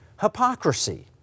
hypocrisy